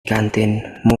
kantin